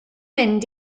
mynd